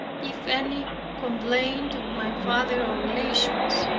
if any complained of my father or relations,